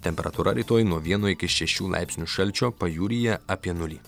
temperatūra rytoj nuo vieno iki šešių laipsnių šalčio pajūryje apie nulį